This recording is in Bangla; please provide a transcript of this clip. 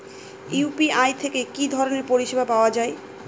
ইউ.পি.আই থেকে কি ধরণের পরিষেবা পাওয়া য়ায়?